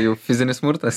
jau fizinis smurtas